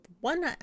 one